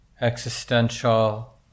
existential